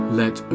let